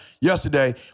yesterday